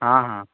ହଁ ହଁ